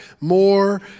more